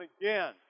again